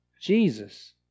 Jesus